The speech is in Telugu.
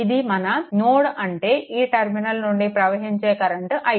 ఇది మన నోడ్ అంటే ఈ టర్మినల్ నుండి ప్రవహించే కరెంట్ i